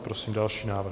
Prosím další návrh.